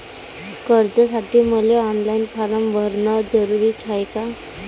कर्जासाठी मले online form भरन जरुरीच हाय का?